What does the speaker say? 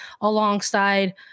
alongside